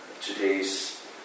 today's